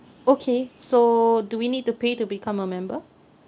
okay so do we need to pay to become a member